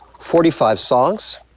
forty five songs,